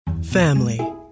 family